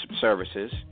services